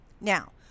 Now